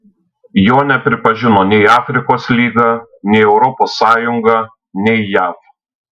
jo nepripažino nei afrikos lyga nei europos sąjunga nei jav